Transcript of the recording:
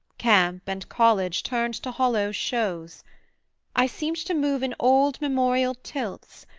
camp and college turned to hollow shows i seemed to move in old memorial tilts,